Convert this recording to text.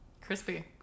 Crispy